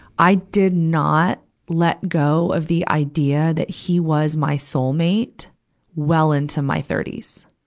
i did not let go of the idea that he was my soulmate well into my thirty s.